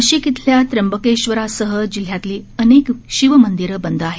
नाशिक इथल्या त्र्यंबकेश्वरासह जिल्ह्यातली अनेक शिव मंदिरं बंद आहेत